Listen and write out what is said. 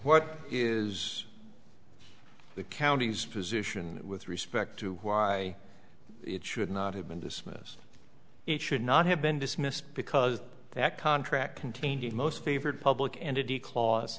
what is the county's position with respect to why it should not have been dismissed it should not have been dismissed because that contract contained a most favored public entity cla